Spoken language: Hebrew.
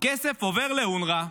כסף עובר לאונר"א.